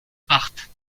parte